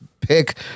pick